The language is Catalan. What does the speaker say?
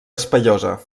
espaiosa